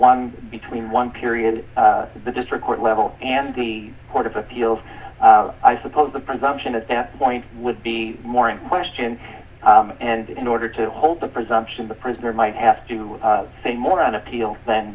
one between one period of the district court level and the court of appeals i suppose the presumption at that point would be more in question and in order to hold the presumption the prisoner might have to say more on appeal than